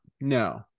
no